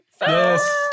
Yes